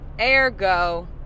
ergo